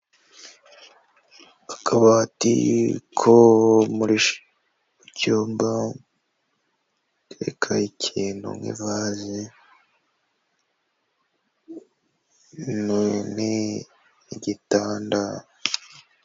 Akabati ko mu cyumba baterekaho ikintu nk'ivazi n'igitanda........